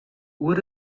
would